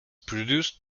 produced